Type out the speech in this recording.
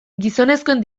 gizonezkoen